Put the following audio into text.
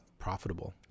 profitable